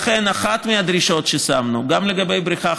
לכן אחת הדרישות ששמנו, גם לגבי בריכה 5,